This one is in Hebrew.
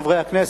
חברי הכנסת,